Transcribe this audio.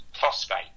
phosphate